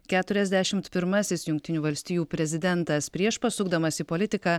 keturiasdešimt pirmasis jungtinių valstijų prezidentas prieš pasukdamas į politiką